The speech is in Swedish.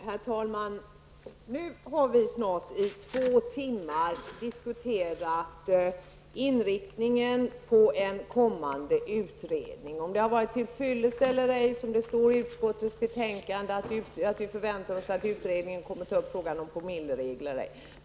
Herr talman! Nu har vi snart i två timmar diskuterat inriktningen på en kommande utredning. Det står i utskottets betänkande att de förväntar sig att utredningen kommer att ta upp frågan om promilleregler eller ej.